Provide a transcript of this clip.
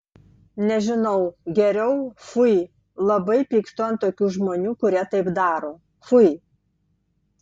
nežinau geriau fui labai pykstu ant tokių žmonių kurie taip daro fui